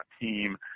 team